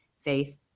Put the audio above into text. faith